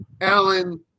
Alan